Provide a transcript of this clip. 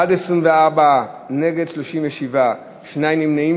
בעד, 24, נגד 37, שניים נמנעים.